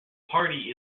party